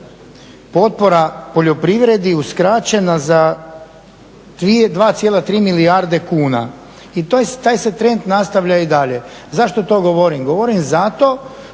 potpora poljoprivredi uskraćena za 2,3 milijarde kuna i taj se trend nastavlja i dalje. Zašto to govorim? Govorim zato